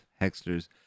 Hexter's